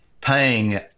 paying